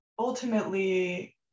Ultimately